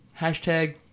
Hashtag